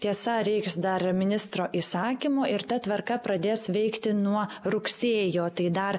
tiesa reiks dar ministro įsakymo ir ta tvarka pradės veikti nuo rugsėjo tai dar